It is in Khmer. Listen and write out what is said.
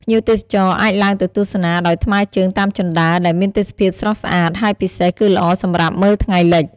ភ្ញៀវទេសចរអាចឡើងទៅទស្សនាដោយថ្មើរជើងតាមជណ្ដើរ ដែលមានទេសភាពស្រស់ស្អាត ហើយពិសេសគឺល្អសម្រាប់មើលថ្ងៃលិច។